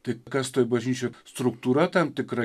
tai kas toj bažnyčių struktūra tam tikra